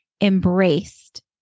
embraced